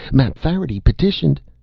mapfarity petitioned.